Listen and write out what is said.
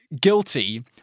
guilty